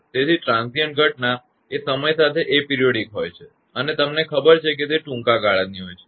તેથી ટ્રાંઝિઇન્ટ ઘટના એ સમય સાથે એપરિઓઇડિક હોય છે અને તમને ખબર છે કે તે ટૂંકા ગાળાની હોય છે